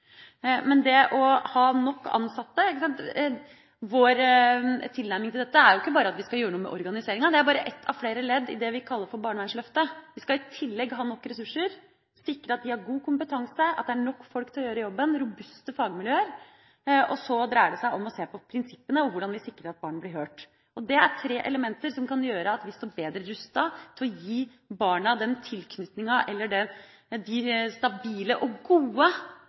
Vår tilnærming til dette er ikke bare at vi skal gjøre noe med organiseringa. Det er bare ett av flere ledd i det vi kaller for barnevernsløftet. Vi skal i tillegg ha nok ressurser, sikre at det er god kompetanse, at det er nok folk til å gjøre jobben og robuste fagmiljøer. Så dreier det seg om å se på prinsippene og hvordan vi sikrer at barn blir hørt. Det er tre elementer som kan gjøre at vi står bedre rustet til å gi barna den tilknytninga eller de stabile og gode